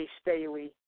Staley